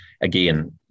again